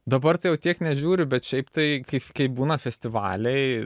dabar tai jau tiek nežiūriu bet šiaip tai kai būna festivaliai